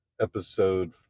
Episode